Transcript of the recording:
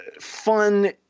fun